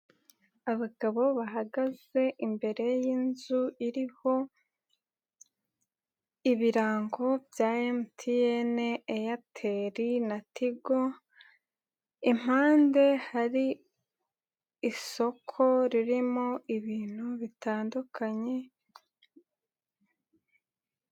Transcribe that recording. Abagabo bahagaze imbere y'inzu iriho ibirango bya MTN, Airtel na Tigo. Impande hari isoko ririmo ibintu bitandukanye.